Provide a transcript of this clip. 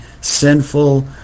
sinful